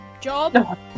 job